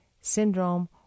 syndrome